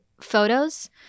photos